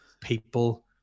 people